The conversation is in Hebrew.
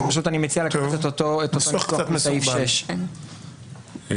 ואני מציע לקחת את אותו ניסוח מסעיף 6. לא,